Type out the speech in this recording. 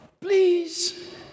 Please